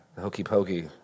hokey-pokey